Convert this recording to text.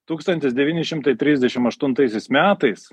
tūkstantis devyni šimtai trisdešim aštuntaisiais metais